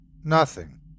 Nothing